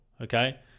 okay